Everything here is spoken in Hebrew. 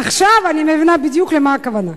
עכשיו אני מבינה בדיוק למה הכוונה.